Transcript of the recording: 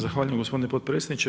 Zahvaljujem gospodine potpredsjedniče.